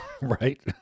right